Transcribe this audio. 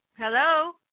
Hello